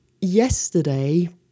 yesterday